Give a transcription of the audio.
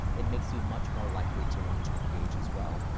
it makes you much more likely to want to engage, as well.